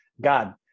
God